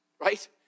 Right